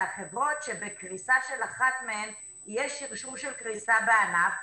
אלה חברות שבקריסה של אחת מהן יהיה שרשור של קריסה בענף,